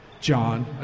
John